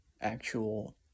actual